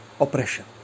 oppression